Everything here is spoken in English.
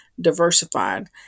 diversified